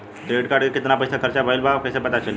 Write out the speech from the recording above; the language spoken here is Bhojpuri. क्रेडिट कार्ड के कितना पइसा खर्चा भईल बा कैसे पता चली?